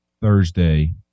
Thursday